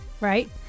right